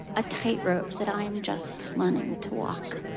a tightrope that i'm just learning to walk.